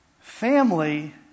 Family